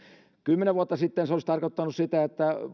kymmenen vuotta sitten se olisi tarkoittanut sitä että